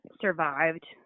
survived